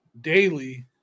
daily